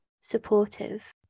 supportive